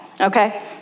okay